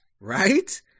Right